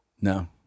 no